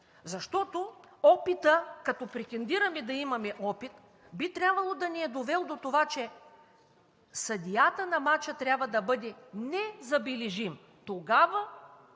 защото опитът – като претендираме да имаме опит, би трябвало да ни е довел до това, че съдията на мача трябва да бъде незабележим, тогава